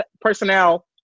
personnel